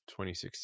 2016